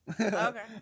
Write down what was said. Okay